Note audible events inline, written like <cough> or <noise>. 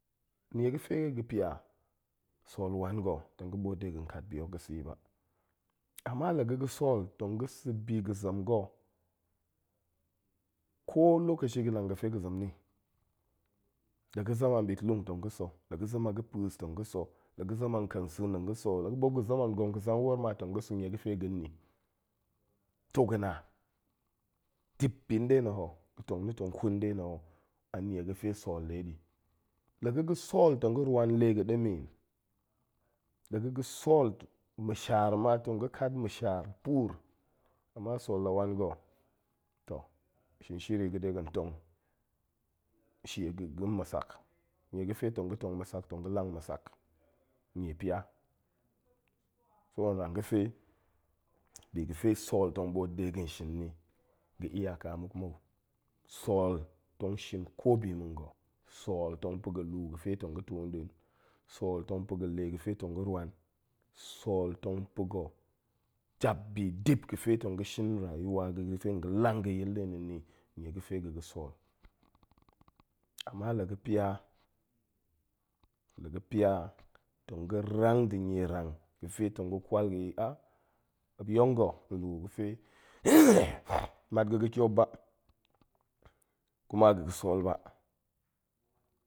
Nie ga̱fe ga̱ pia, sool wan ga̱ tong ga̱ ɓoot de ga̱n kat bi hook ga̱ sa̱e ba. ama la ga̱ ga̱ sool, tong ga̱ sa̱ bi ga̱ zem ga̱, ko lakoshi ga̱nang ga̱ fe ga̱ zem ni. la ga̱ zem an ɓitlung, tong ga̱ sa̱, la ga̱ zem a ga̱ pa̱a̱s tong ga̱ sa̱, la ga̱ zem an nkansa̱a̱n tong ga̱ sa̱ a muop ga̱ zem an ngong ga̱ zang woor ma tong ga̱ sa̱ nie ga̱ fe ga̱n ni. toh ga̱na dip bi nɗe na̱ ho ga̱ tong na̱ tong ƙun ɗe na̱ ho, an a nie ga̱fe sool ɗe di. la ga̱-ga̱ sool tong ga̱ rwan le ga̱ ɗemen, la ga̱-ga̱ sool ma̱shaar ma tong ga̱ kat ma̱shaar puur. ama sool la wan ga̱, toh, shin shiri de ga̱n tong <unintelligible> ga̱ ma̱sak nie ga̱fe tong ga̱ tong nma̱sak, tong ga̱ lang nma̱sak nie pia. so hen rang ga̱fe bi ga̱fe sool tong ɓoot de ga̱n shin ni ga̱ iyaka muk mou. sool tong shin ko bi ma̱ nga̱, sool tong pa̱go luu ga̱fe tong ga̱ to nɗin, sool tong pago le ga̱fe tong ga̱ rwan, sool tong pa̱ga̱ jap bi dip ga̱fe tong ga̱ shin rayuwa ga̱ ga̱fe tong ga̱ lang ga̱ yil nɗe na̱ nni nie ga̱fe ga̱-ga̱ sool. ama la ga̱ pia-la ga̱ pia tong ga̱ rang nda̱ nie rang ga̱fe tong ga̱ kwal ga̱n yi muop yong ga̱ nluu ga̱ fe <noise> mat ga̱-ga̱ kiop ba, kuma ga̱-ga̱ sool ba.